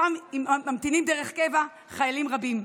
ושם ממתינים דרך קבע חיילים רבים.